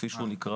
כפי שהוא נקרא,